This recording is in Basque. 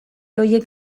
horiek